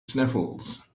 sniffles